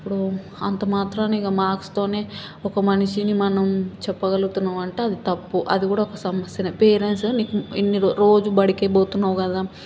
ఇప్పుడు అంతమాత్రాన ఇక మార్క్స్ తోనే ఒక మనిషిని మనం చెప్పగలుగుతున్నామంటే అది తప్పు అది కూడా ఒక సమస్యనే పేరెంట్స్ నీకు ఇన్ని రోజు బడికి పోతున్నావు కదా